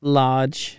large